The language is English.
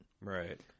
Right